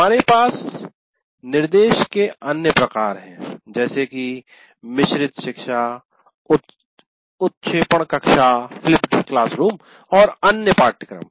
हमारे पास निर्देश के अन्य प्रकार हैं जैसे कि मिश्रित शिक्षा उत्क्षेपण फ़्लिप कक्षा और ऑनलाइन पाठ्यक्रम